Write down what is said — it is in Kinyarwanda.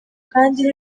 kandi